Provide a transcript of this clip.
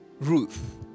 Ruth